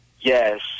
yes